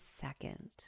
second